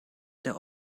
der